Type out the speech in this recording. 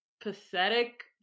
pathetic